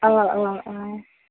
অঁ অঁ অঁ